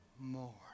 more